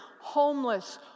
homeless